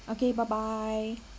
okay bye bye